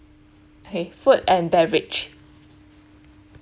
okay food and beverage